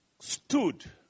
stood